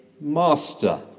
master